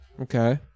Okay